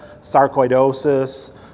sarcoidosis